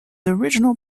original